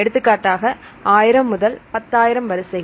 எடுத்துக்காட்டாக 1000 அல்லது 10000 வரிசைகள்